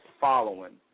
following